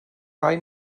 rai